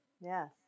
yes